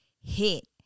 hit